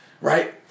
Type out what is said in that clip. right